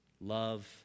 Love